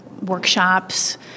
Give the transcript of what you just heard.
workshops